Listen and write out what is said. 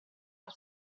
far